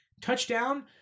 Touchdown